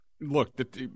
look